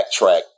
backtrack